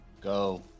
Go